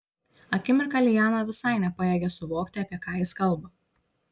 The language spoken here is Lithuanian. akimirką liana visai nepajėgė suvokti apie ką jis kalba